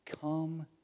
Come